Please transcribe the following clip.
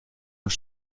und